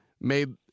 made